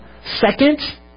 Second